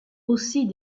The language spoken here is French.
aussi